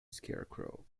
scarecrow